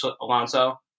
Alonso